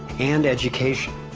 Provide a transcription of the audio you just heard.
and education.